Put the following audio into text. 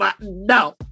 No